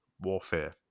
warfare